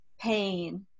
pain